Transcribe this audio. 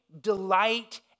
delight